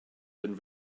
and